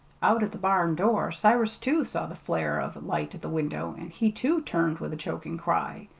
out at the barn door cyrus, too, saw the flare of light at the window, and he, too, turned with a choking cry.